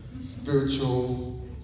spiritual